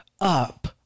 up